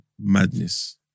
madness